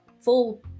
full